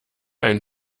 ein